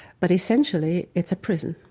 but essentially it's a prison,